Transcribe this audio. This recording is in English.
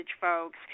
folks